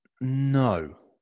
No